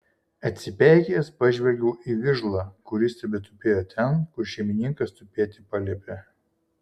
atsipeikėjęs pažvelgiau į vižlą kuris tebetupėjo ten kur šeimininkas tupėti paliepė